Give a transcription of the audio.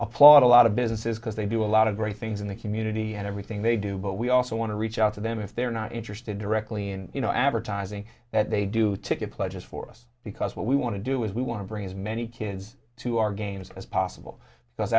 applaud a lot of businesses because they do a lot of great things in the community and everything they do but we also want to reach out to them if they're not interested directly in you know advertising that they do ticket pledges for us because what we want to do is we want to bring as many kids to our games as possible